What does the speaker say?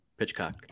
Pitchcock